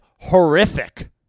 horrific